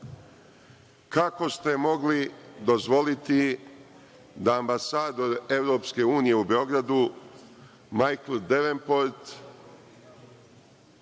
kako ste mogli dozvoliti da ambasador EU u Beogradu Majkl Devenport